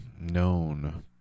known